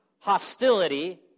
Hostility